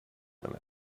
minute